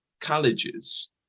colleges